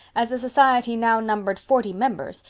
as the society now numbered forty members,